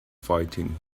fighting